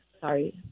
Sorry